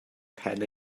pen